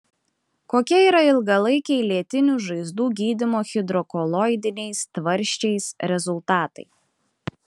kokie yra ilgalaikiai lėtinių žaizdų gydymo hidrokoloidiniais tvarsčiais rezultatai